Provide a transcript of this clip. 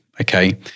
okay